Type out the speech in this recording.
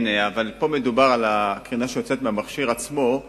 כן, אבל פה מדובר על קרינה שיוצאת מהמכשיר עצמו,